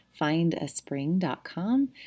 findaspring.com